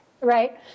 Right